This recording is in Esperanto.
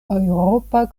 eŭropa